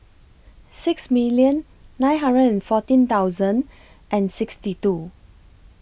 six million nine hundred and fourteen thousand and sixty two